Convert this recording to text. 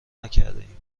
نکردهایم